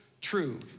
true